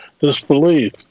disbelief